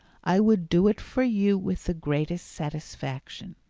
i would do it for you with the greatest satisfaction!